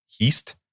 Heist